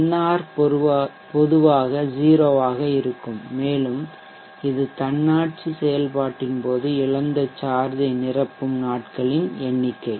nr பொதுவாக 0 ஆக இருக்கும் மேலும் இது தன்னாட்சி செயல்பாட்டின் போது இழந்த சார்ஜை நிரப்பும் நாட்களின் எண்ணிக்கை